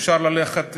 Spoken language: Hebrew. אפשר ללכת ימינה,